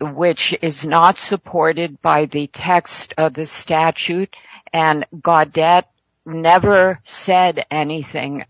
which is not supported by the text of the statute and godat never said anything